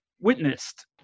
witnessed